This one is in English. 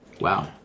Wow